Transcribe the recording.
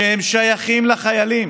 הם שייכים לחיילים,